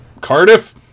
Cardiff